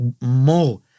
more